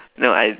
no I